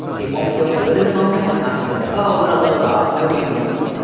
it won't feel good in the moment it's not gonna be like, oh, what a load off. no big deal.